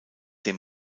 dem